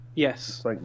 Yes